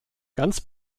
ganz